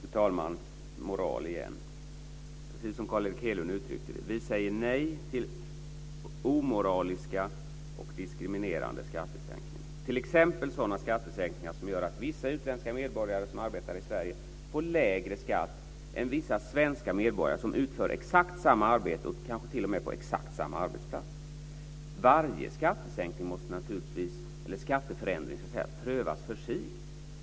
Fru talman! Moral igen: Precis som Carl Erik Hedlund uttryckte det så säger vi nej till omoraliska och diskriminerande skattesänkningar, t.ex. sådana skattesänkningar som gör att vissa utländska medborgare som arbetar i Sverige får lägre skatt än vissa svenska medborgare som utför exakt samma arbete och kanske t.o.m. på exakt samma arbetsplats. Varje skattesänkning, eller skatteförändring, måste naturligtvis prövas för sig.